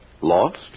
Lost